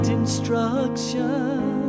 instruction